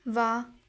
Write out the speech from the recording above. ਵਾਹ